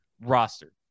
roster